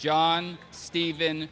john steven